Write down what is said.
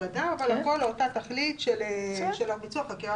אדם אבל הכול לאותה תכלית של ביצוע חקירה